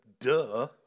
duh